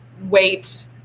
wait